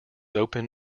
open